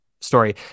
story